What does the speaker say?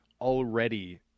already